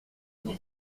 vous